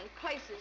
places